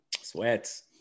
Sweats